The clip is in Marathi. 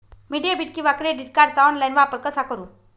मी डेबिट किंवा क्रेडिट कार्डचा ऑनलाइन वापर कसा करु?